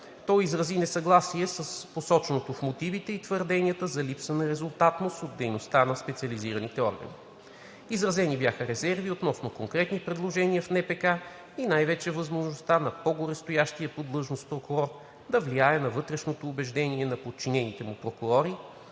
Той изрази несъгласие с посоченото в мотивите и твърденията за липсата на резултатност от дейността на специализираните органи. Изразени бяха резерви относно конкретни предложения в Наказателно-процесуалния кодекс и най-вече възможността на по-горестоящия по длъжност прокурор да влияе на вътрешното убеждение на подчинените му прокурори,